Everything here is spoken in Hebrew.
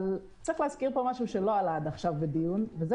צריך להזכיר פה משהו שלא עלה עד עכשיו בדיון וזה